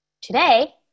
Today